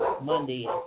Monday